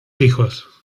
hijos